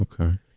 Okay